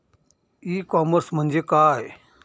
E commerce म्हणजे काय?